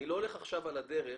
אני לא הולך עכשיו על הדרך